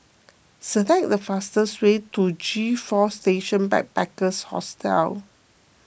select the fastest way to G four Station by Backpackers Hostel